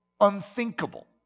unthinkable